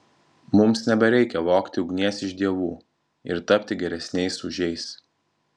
mums nebereikia vogti ugnies iš dievų ir tapti geresniais už jais